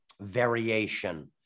variation